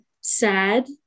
sad